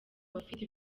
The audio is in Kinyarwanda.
bafite